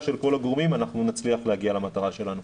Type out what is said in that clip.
של כל הגורמים אנחנו נצליח להגיע למטרה שלנו.